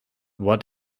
what